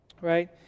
Right